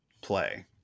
play